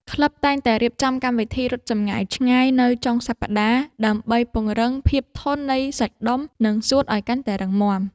ក្លឹបតែងតែរៀបចំកម្មវិធីរត់ចម្ងាយឆ្ងាយនៅចុងសប្តាហ៍ ដើម្បីពង្រឹងភាពធន់នៃសាច់ដុំ និងសួតឱ្យកាន់តែរឹងមាំ។